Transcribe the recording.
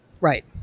Right